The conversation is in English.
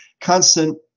constant